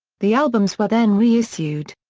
the albums were then reissued.